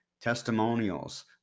testimonials